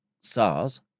SARS